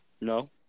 No